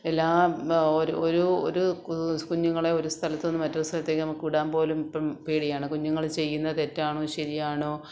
എല്ലാം ഒരു ഒരു ഒരു കുഞ്ഞുങ്ങളെ ഒരു സ്ഥലത്തു നിന്നും മറ്റൊരു സ്ഥലത്തേക്ക് നമുക്ക് വിടാൻ പോലും ഇപ്പം പേടിയാണ് കുഞ്ഞുങ്ങൾ ചെയ്യുന്നത് തെറ്റാണോ ശരിയാണോ